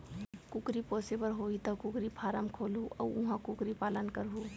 कुकरी पोसे बर होही त कुकरी फारम खोलहूं अउ उहॉं कुकरी पालन करहूँ